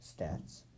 stats